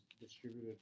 distributed